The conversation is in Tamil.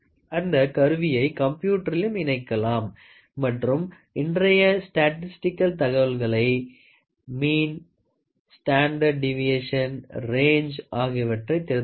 அந்த கருவியை கம்ப்யூட்டரிலும் இணைக்கலாம் மற்றும் இன்றைய ஸ்டாடிஸ்டிகல் தகவல்களான மீன் ஸ்டாண்டர்ட் டீவியேஷன் ரேஞ்சு ஆகியவற்றை தெரிந்து கொள்ளலாம்